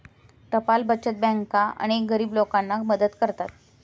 टपाल बचत बँका अनेक गरीब लोकांना मदत करतात